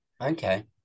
Okay